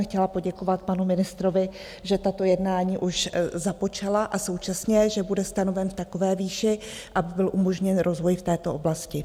Chtěla bych poděkovat panu ministrovi, že tato jednání už započala a současně, že bude stanoven v takové výši, aby byl umožněn rozvoj v této oblasti.